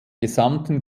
gesamten